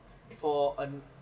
for en~